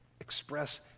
express